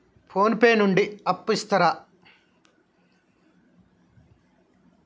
Phone pay నుండి అప్పు ఇత్తరా?